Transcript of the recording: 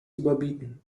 überbieten